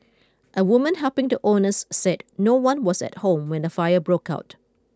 a woman helping the owners said no one was at home when the fire broke out